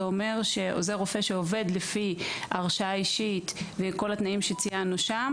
זה אומר שעוזר רופא שעובד לפי הרשאה אישית וכל התנאים שציינו שם